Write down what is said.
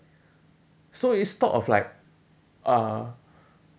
so it's sort of like uh